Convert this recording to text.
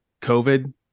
COVID